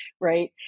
right